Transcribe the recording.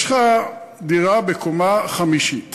יש לך דירה בקומה חמישית